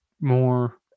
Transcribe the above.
more